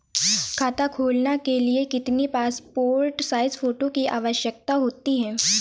खाता खोलना के लिए कितनी पासपोर्ट साइज फोटो की आवश्यकता होती है?